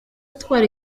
atwara